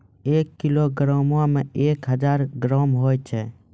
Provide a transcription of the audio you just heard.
एक किलोग्रामो मे एक हजार ग्राम होय छै